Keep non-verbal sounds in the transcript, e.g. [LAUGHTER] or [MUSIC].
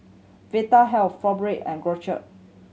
Vitahealth Fibogel and [UNINTELLIGIBLE]